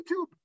YouTube